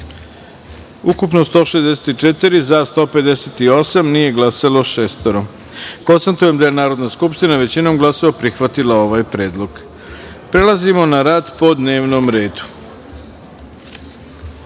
ukupno – 164, za – 158, nije glasalo – šest. Konstatujem da je Narodna skupština većinom glasova prihvatila ovaj Predlog. Prelazimo na rad po dnevnom redu. Želim